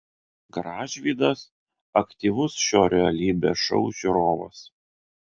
gražvydas aktyvus šio realybės šou žiūrovas